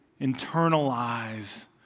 internalize